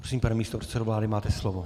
Prosím, pane místopředsedo vlády, máte slovo.